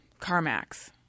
CarMax